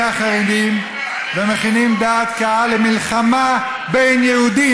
החרדים ומכינים דעת קהל למלחמה בין יהודים,